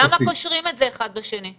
למה קושרים את זה אחד בשני?